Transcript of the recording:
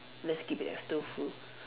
let's keep it as tofu